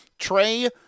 Trey